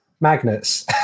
magnets